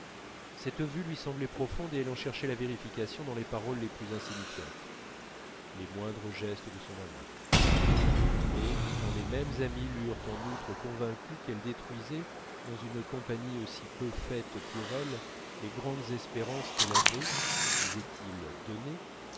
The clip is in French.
cette vue lui semblait profonde et elle en cherchait la vérification dans les paroles les plus insignifiantes les moindres gestes de son amant mais quand les mêmes amis l'eurent en outre convaincue qu'elle détruisait dans une compagnie aussi peu faite pour elle les grandes espérances qu'elle avait disaient-ils données